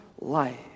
life